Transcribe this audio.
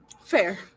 Fair